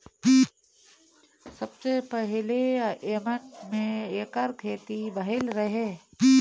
सबसे पहिले यमन में एकर खेती भइल रहे